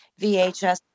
VHS